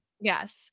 Yes